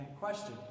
question